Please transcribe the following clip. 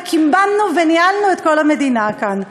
וקימבנו וניהלנו את כל המדינה כאן.